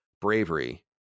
bravery